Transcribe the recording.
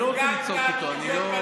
איך אתה,